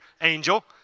angel